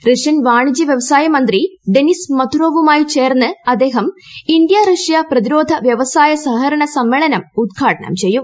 Russian വാണിജ്യ വ്യവസായ മന്ത്രി ഡെനിസ് മത്തുറോവുമായി ചേർന്ന് അദ്ദേഹം ഇന്ത്യ റഷ്യ പ്രതിരോധ വൃവസായ സഹകരണ സമ്മേളനം ഉദ്ഘാടനം ചെയ്യും